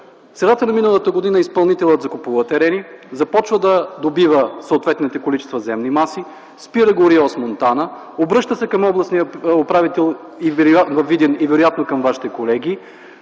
средата на миналата година изпълнителят закупува терени, започва да добива съответните количества земни маси, спира го РИОСВ – Монтана. Обръща се към областния управител във Видин и вероятно към Вашите колеги,